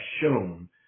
shown